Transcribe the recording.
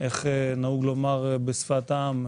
איך נהוג לומר בשפת העם?